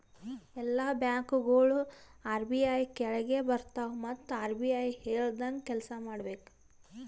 ಎಲ್ಲಾ ಬ್ಯಾಂಕ್ಗೋಳು ಆರ್.ಬಿ.ಐ ಕೆಳಾಗೆ ಬರ್ತವ್ ಮತ್ ಆರ್.ಬಿ.ಐ ಹೇಳ್ದಂಗೆ ಕೆಲ್ಸಾ ಮಾಡ್ಬೇಕ್